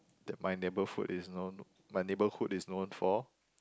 that my neighbour food is known my neighbourhood is known for